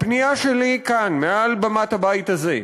הפנייה שלי כאן, מעל במת הבית הזה,